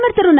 பிரதமர் திரு